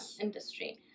industry